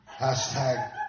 Hashtag